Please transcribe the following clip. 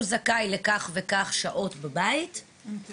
שהוא זכאי למכסת שעות מסוימת ללימודים בבית במידה